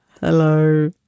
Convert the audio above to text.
Hello